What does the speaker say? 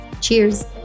Cheers